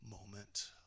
moment